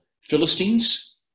Philistines